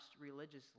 religiously